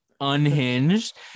unhinged